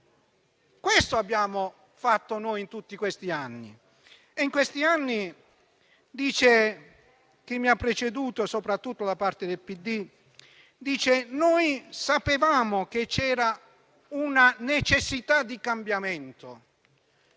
Questo abbiamo fatto noi in tutti questi anni. In questi anni, dice chi mi ha preceduto (soprattutto da parte del PD), noi sapevamo che c'era una necessità di cambiamento.